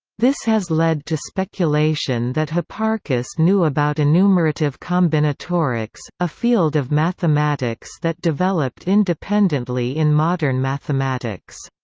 this has led to speculation that hipparchus knew about enumerative combinatorics, a field of mathematics that developed independently in modern mathematics.